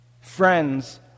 Friends